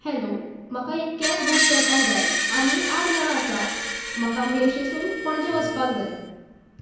hello म्हाका एक cab book करपाक जाय आमी आठ जाणां आसा म्हाका मेर्शेसून पणजे वसपाक जाय